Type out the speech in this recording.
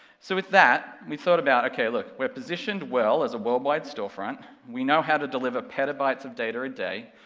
so with that, we thought about, ok look, we're positioned well as a worldwide storefront, we know how to deliver petabytes of data a day,